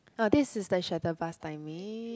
oh this is the shuttle bus timing